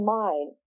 mind